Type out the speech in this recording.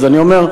אז אני אומר: